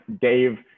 Dave